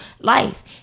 life